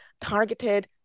targeted